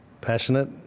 passionate